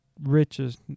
riches